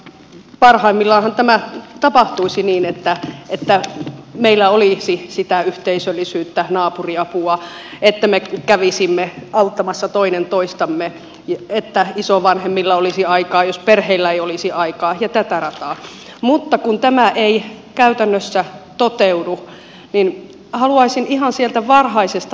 parhaimmillaanhan tämä tapahtuisi niin että meillä olisi sitä yhteisöllisyyttä naapuriapua että me kävisimme auttamassa toinen toistamme että isovanhemmilla olisi aikaa jos perheillä ei olisi aikaa ja tätä rataa mutta kun tämä ei käytännössä toteudu niin haluaisin lähteä ihan sieltä varhaisesta vaiheesta neuvolavaiheesta